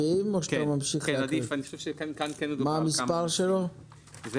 מי